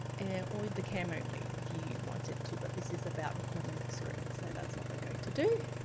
and or with the camera only if you want it to. but this is about recording the screen. so that's what we're going to do.